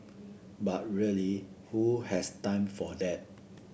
but really who has time for that